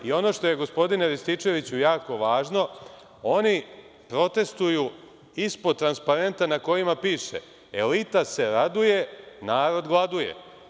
Ono što je, gospodine Rističeviću, jako važno, oni protestuju ispod transparentna na kojem piše „Elita se raduje, narod gladuje“